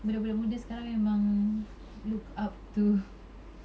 budak-budak muda sekarang memang look up to